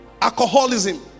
Alcoholism